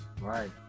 Right